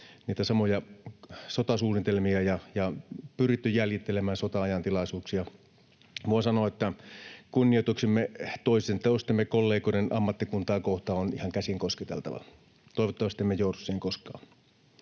niitä samoja sotasuunnitelmia ja pyritty jäljittelemään sota-ajan tilaisuuksia. Voin sanoa, että kunnioituksemme toistemme kollegoiden ammattikuntaa kohtaan on ihan käsinkosketeltava, toivottavasti emme joudu siihen koskaan.